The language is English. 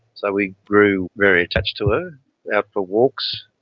so we grew very attached to her. out for walks,